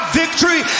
victory